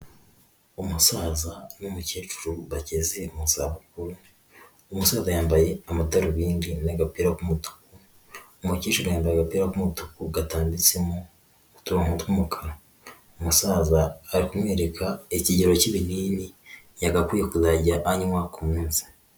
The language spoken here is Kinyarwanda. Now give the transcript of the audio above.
Umusaza n'umukecuru bageze mu zabukuru, umusaza yambaye amadarubindi n'agapira k'umutuku, umukecuru yambaye agapira k'umutuku gatambitsemo uturongo tw'umukara, umusaza aramwereka ikigero k'ibinini yagakwiye kuzajya anywa ku munsi.